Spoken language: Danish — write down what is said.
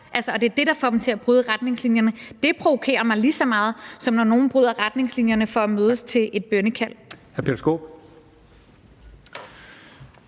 golf, og det får dem til at bryde retningslinjerne. Det provokerer mig lige så meget, som når nogen bryder retningslinjerne for at mødes til et bønnekald.